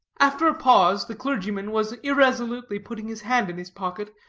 after a pause, the clergyman was irresolutely putting his hand in his pocket,